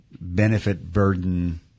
benefit-burden